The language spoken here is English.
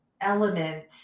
element